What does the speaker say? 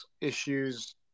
issues